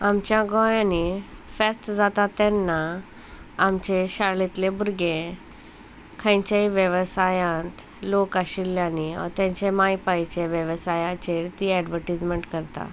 आमच्या गोंयांनी फेस्त जाता तेन्ना आमचे शाळेंतले भुरगे खंयचेय वेवसायांत लोक आशिल्ल्यानी तेंचे माय पायचे वेवसायाचेर ती एडवर्टीजमेंट करता